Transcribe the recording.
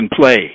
play